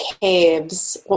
Caves